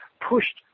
pushed